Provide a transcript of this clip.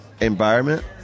environment